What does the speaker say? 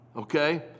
okay